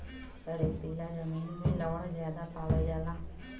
रेतीला जमीन में लवण ज्यादा पावल जाला